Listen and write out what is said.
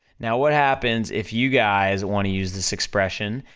now, what happens if you guys wanna use this expression,